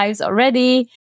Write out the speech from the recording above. already